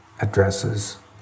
addresses